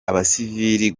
abasivili